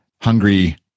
hungry